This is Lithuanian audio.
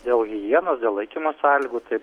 dėl higienos dėl laikymo sąlygų taip